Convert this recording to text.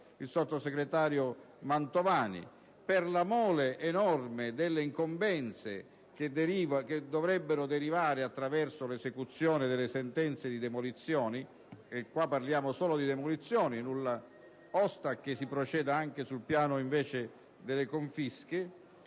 il sottosegretario Mantovani - per la mole enorme delle incombenze che dovrebbero derivare dall'esecuzione delle sentenze di demolizione (e qui parliamo solo di demolizione e nulla osta che si proceda anche sul piano delle confische).